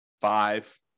five